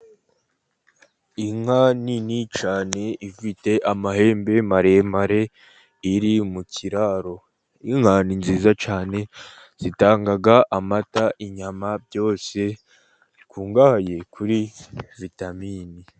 Inka nini cyane ifite amahembe maremare iri mu kiraro. Inka ni nziza cyane, zitanga amata, inyama byose bikungahaye kuri vitamine.